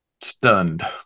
stunned